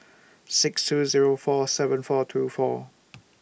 six two Zero four seven four two four